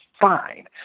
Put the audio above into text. fine